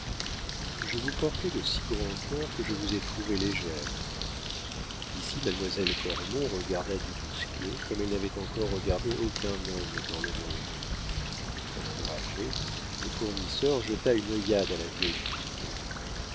je vous portais de si grand cœur que je vous ai trouvée légère ici mademoiselle cormon regarda du bousquier comme elle n'avait encore regardé aucun homme dans le monde encouragé le fournisseur jeta une œillade à la vieille fille